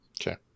Okay